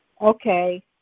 Okay